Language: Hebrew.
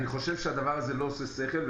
אני חושב שהדבר הזה לא עושה שכל.